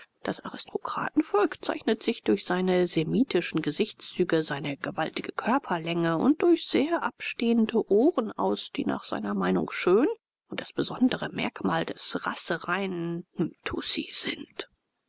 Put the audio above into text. das aristokratenvolk zeichnet sich durch seine semitischen gesichtszüge seine gewaltige körperlänge und durch sehr abstehende ohren aus die nach seiner meinung schön und das besondere merkmal des rassereinen mtussi sind